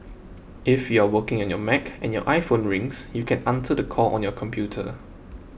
if you are working on your Mac and your iPhone rings you can answer the call on your computer